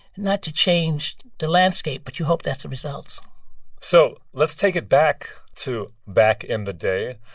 not to change the landscape, but you hope that's the results so let's take it back to back in the day.